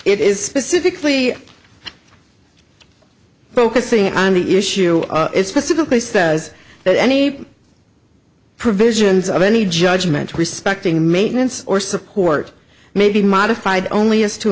it is specifically focusing on the issue specifically says that any provisions of any judgment respecting maintenance or support may be modified only as t